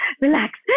relax